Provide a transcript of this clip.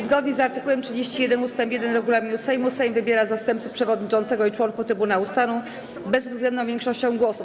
Zgodnie z art. 31 ust. 1 regulaminu Sejmu Sejm wybiera zastępców przewodniczącego i członków Trybunału Stanu bezwzględną większością głosów.